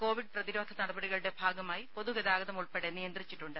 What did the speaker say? Covid പ്രതിരോധ നടപടികളുടെ ഭാഗമായി പൊതു ഗതാഗതം ഉൾപ്പെടെ നിയന്ത്രിച്ചിട്ടുണ്ട്